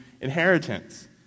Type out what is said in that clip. inheritance